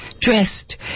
Dressed